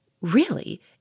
Really